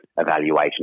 evaluation